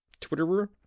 Twitterer